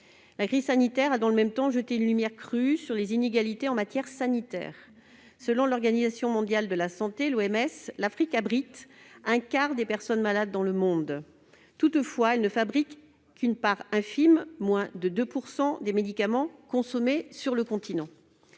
la crise sanitaire a jeté une lumière crue sur les inégalités en matière sanitaire. Selon l'Organisation mondiale de la santé, l'Afrique abrite un quart des personnes malades dans le monde, mais ne fabrique qu'une part infime- moins de 2 % -des médicaments consommés sur le continent.